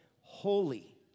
holy